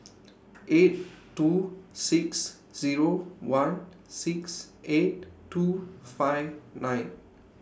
eight two six Zero one six eight two five nine